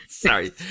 Sorry